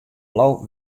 blau